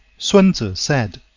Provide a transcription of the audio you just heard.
sun tzu said